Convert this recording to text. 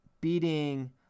beating